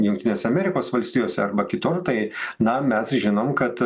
jungtinės amerikos valstijose arba kitur tai na mes žinom kad